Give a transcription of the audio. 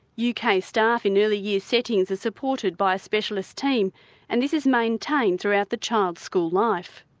yeah kind of staff in early year settings are supported by a specialist team and this is maintained throughout the child's school life.